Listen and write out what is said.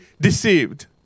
deceived